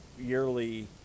yearly